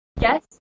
yes